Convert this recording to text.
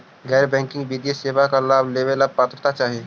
गैर बैंकिंग वित्तीय सेवाओं के लाभ लेवेला का पात्रता चाही?